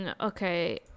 Okay